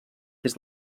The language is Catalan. des